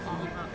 a'ah